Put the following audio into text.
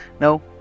No